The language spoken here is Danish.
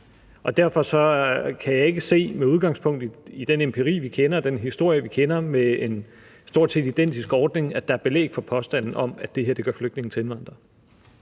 i den empiri, vi kender, i den historie, vi kender, fra en stort set identisk ordning ikke se, at der er belæg for påstanden om, at det her gør flygtninge til indvandrere.